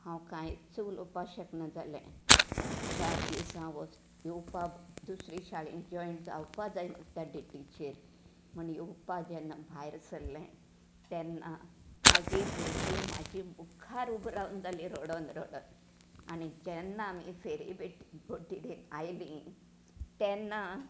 हांव कांयच उलोवपाक शकना जालें चार दिस हांव वचपा येवपाक दुसरें शाळेंत जॉयन जावपाक जाय म्हाका त्या डेटिचेर म्हण येवपाक जेन्ना भायर सरलें तेन्ना मागे भुरगीं म्हाजी मुखार उबें रावना जाली रडोन रडोन आनी जेन्ना आमी फेरी बेटी बोटी कडेन आयली तेन्ना